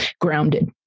grounded